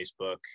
Facebook